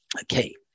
Okay